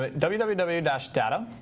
but www i mean www dash data.